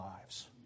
lives